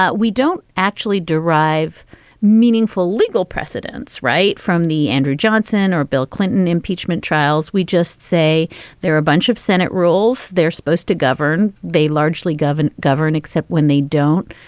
ah we don't actually derive meaningful legal precedents, right. from the andrew johnson or bill clinton impeachment trials. we just say there are a bunch of senate rules they're supposed to govern. they largely govern. govern, except when they don't.